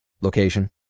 Location